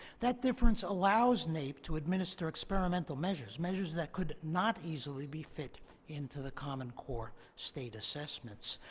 that difference allows naep to administer experimental measures, measures that could not easily be fit into the common core state assessments.